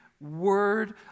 word